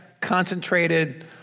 concentrated